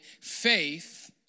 Faith